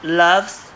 loves